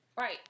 Right